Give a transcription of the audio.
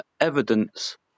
evidence